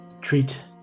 treat